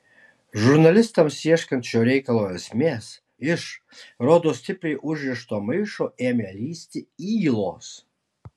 žurnalistams ieškant šio reikalo esmės iš rodos stipriai užrišto maišo ėmė lįsti ylos